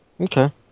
Okay